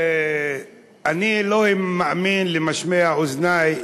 אני לא מאמין למשמע אוזני,